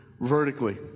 vertically